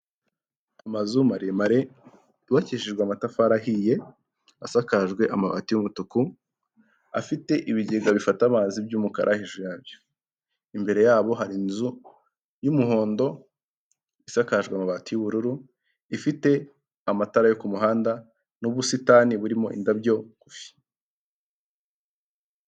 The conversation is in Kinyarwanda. Amazu maremare yubakishijwe amatafari ahiye asakajwe amabati y'umutuku, afite ibigega bifata amazi by'umukara hejuru yabyo, imbere yabo hari inzu y'umuhondo isakajwe amabati y'ubururu, ifite amatara yo ku muhanda n'ubusitani burimo indabyo ngufi.